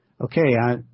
okay